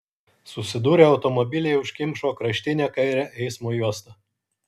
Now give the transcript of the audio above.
susidūrę automobiliai užkimšo kraštinę kairę eismo juostą